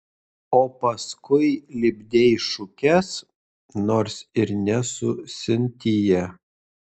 o paskui lipdei šukes nors ir ne su sintija